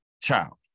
child